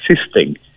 assisting